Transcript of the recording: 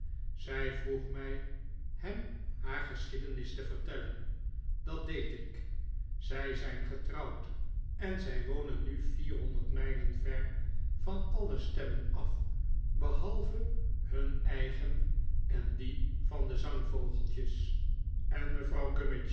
zij vroeg mij hem haar geschiedenis te vertellen dat deed ik zij zijn getrouwd en zij wonen nu vierhonderd mijlen ver van alle stemmen af behalve hun eigen en die van de zangvogeltjes en vrouw